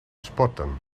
sporten